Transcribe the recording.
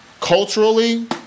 Culturally